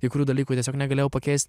kai kurių dalykų tiesiog negalėjau pakeist